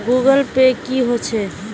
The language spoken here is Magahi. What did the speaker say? गूगल पै की होचे?